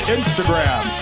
Instagram